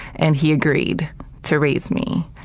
and he agreed to raise me.